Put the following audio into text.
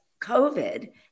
COVID